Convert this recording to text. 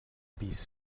pis